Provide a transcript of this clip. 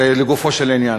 זה לגופו של עניין,